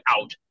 out